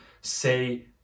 say